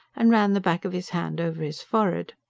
and ran the back of his hand over his forehead.